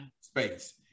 space